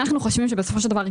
אנחנו חושבים שבסופו של דבר,